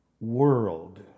world